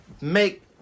make